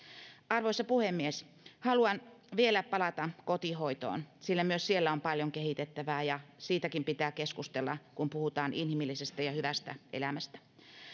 arvoisa puhemies haluan vielä palata kotihoitoon sillä myös siellä on paljon kehitettävää ja siitäkin pitää keskustella kun puhutaan inhimillisestä ja hyvästä elämästä